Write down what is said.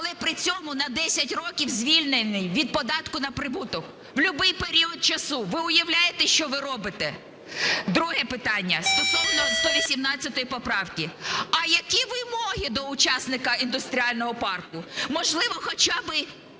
але при цьому на 10 років звільнений від податку на прибуток, в любий період часу, ви уявляєте, що ви робите? Друге питання стосовно 118 поправки. А які вимоги до учасника індустріального парку? Можливо, хоча би